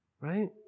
Right